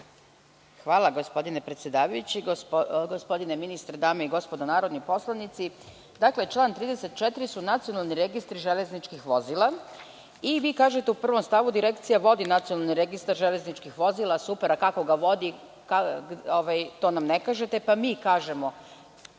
Hvala, gospodine predsedavajući. Gospodine ministre, dame i gospodo narodni poslanici, član 34. su nacionalni registri železničkih vozila i vi u 1. stavu kažete – Direkcija vodi Nacionalni registar železničkih vozila. Super. Ali, kako ga vodi? To nam ne kažete, pa mi kažemo.